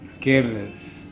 careless